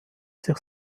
sich